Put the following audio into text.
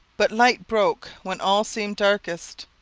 but light broke when all seemed darkest.